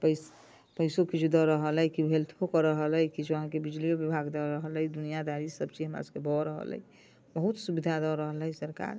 पैस पैसो किछु दऽ रहल अइ किछु हेल्पो कऽ रहल अइ किछु अहाँकेँ बिजलियो विभाग दऽ रहल अइ दुनियादारी सब चीज हमरा सबके भऽ रहल अइ बहुत सुविधा दऽ रहल अइ सरकार